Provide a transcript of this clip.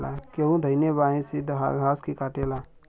केहू दहिने बाए से घास के काटेला